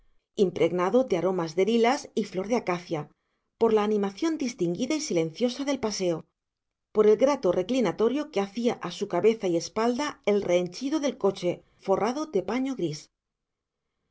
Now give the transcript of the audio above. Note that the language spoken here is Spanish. impregnado de aroma de lilas y flor de acacia por la animación distinguida y silenciosa del paseo por el grato reclinatorio que hacía a su cabeza y espalda el rehenchido del coche forrado de paño gris